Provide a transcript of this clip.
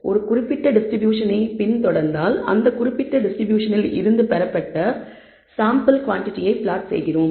ஒரு குறிப்பிட்ட டிஸ்ட்ரிபியூஷனை பின் தொடர்ந்தால் அந்த குறிப்பிட்ட டிஸ்ட்ரிபியூஷனில் இருந்து பெறப்பட்ட சாம்பிள் குவாண்டிடியை பிளாட் செய்கிறோம்